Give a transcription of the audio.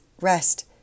rest